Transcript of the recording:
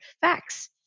facts